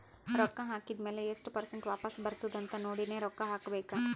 ರೊಕ್ಕಾ ಹಾಕಿದ್ ಮ್ಯಾಲ ಎಸ್ಟ್ ಪರ್ಸೆಂಟ್ ವಾಪಸ್ ಬರ್ತುದ್ ಅಂತ್ ನೋಡಿನೇ ರೊಕ್ಕಾ ಹಾಕಬೇಕ